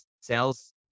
sales